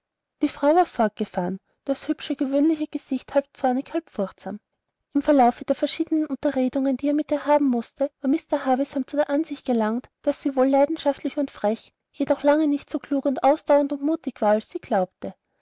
die frau war fortgefahren das hübsche gewöhnliche gesicht halb zornig halb furchtsam im verlaufe der verschiedenen unterredungen die er mit ihr haben mußte war mr havisham zu der ansicht gelangt daß sie wohl leidenschaftlich und frech jedoch lange nicht so klug und ausdauernd und mutig war als sie glaubte